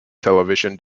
television